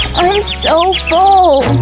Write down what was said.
um i'm so full,